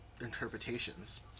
interpretations